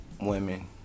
women